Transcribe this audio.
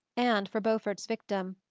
and for beaufort's victim.